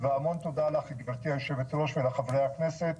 המון תודה לך, גברתי יושבת הראש ולחברי הכנסת.